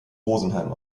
rosenheim